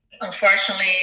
unfortunately